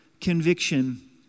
conviction